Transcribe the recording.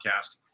Podcast